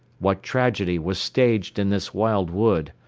what tragedy was staged in this wild wood?